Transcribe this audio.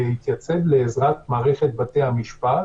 להתייצב לעזרת מערכת בתי המשפט.